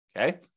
Okay